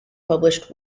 published